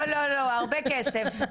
לא, הרבה כסף.